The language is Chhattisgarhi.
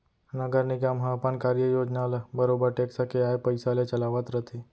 नगर निगम ह अपन कार्य योजना ल बरोबर टेक्स के आय पइसा ले चलावत रथे